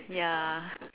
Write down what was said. ya